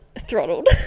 Throttled